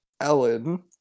Ellen